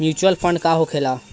Mutual fund का होखेला?